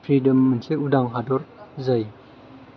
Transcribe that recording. freedom मोनसे उदां हादर जायो